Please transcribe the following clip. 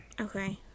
Okay